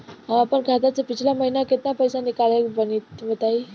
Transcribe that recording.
हम आपन खाता से पिछला महीना केतना पईसा निकलने बानि तनि बताईं?